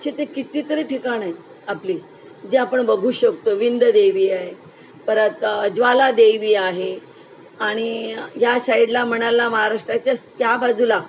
असे ते कितीतरी ठिकाणं आहेत आपली जे आपण बघू शकतो विंद देवी आहे परत ज्वाला देवी आहे आणि या साईडला म्हणायला महाराष्ट्राच्या त्या बाजूला